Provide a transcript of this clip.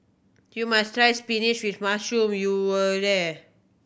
you must try spinach with mushroom when you are here